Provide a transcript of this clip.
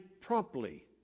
promptly